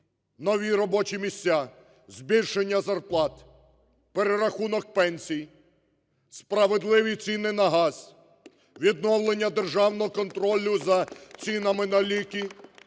Нові робочі місця, збільшення зарплат, перерахунок пенсій, справедливі ціни на газ, відновлення державного контролю за цінами на ліки,